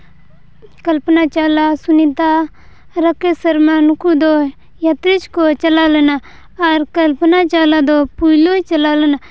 ᱠᱚᱞᱯᱚᱱᱟ ᱪᱟᱣᱞᱟ ᱥᱩᱱᱤᱛᱟ ᱨᱟᱠᱮᱥ ᱥᱚᱨᱢᱟ ᱱᱩᱠᱩ ᱫᱚ ᱡᱟᱛᱨᱤᱠ ᱠᱚ ᱪᱟᱞᱟᱣ ᱞᱮᱱᱟ ᱟᱨ ᱠᱚᱞᱯᱚᱱᱟ ᱪᱟᱣᱞᱟ ᱫᱚ ᱯᱳᱭᱞᱳᱭ ᱪᱟᱞᱟᱣ ᱞᱮᱱᱟ